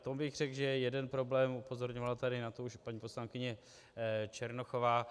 To bych řekl, že je jeden problém, upozorňovala tady na to už paní poslankyně Černochová.